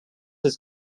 his